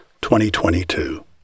2022